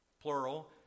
plural